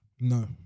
No